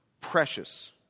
Precious